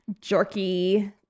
jerky